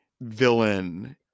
villain